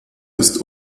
ist